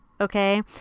okay